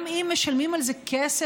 גם אם משלמים על זה כסף,